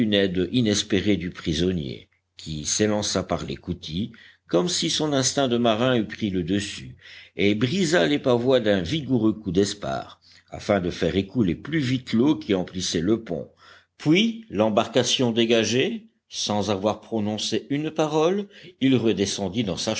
aide inespérée du prisonnier qui s'élança par l'écoutille comme si son instinct de marin eût pris le dessus et brisa les pavois d'un vigoureux coup d'espar afin de faire écouler plus vite l'eau qui emplissait le pont puis l'embarcation dégagée sans avoir prononcé une parole il redescendit dans sa